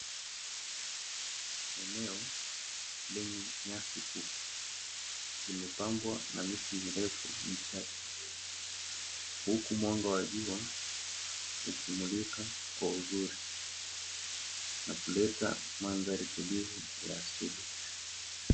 Eneo lenye nyasi fupi limepambwa na viti virefu vichache huku mwanga wa jua ukimurika kwa uzuri na kuleta mandhari tulivu ya asili.